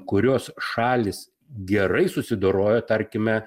kurios šalys gerai susidorojo tarkime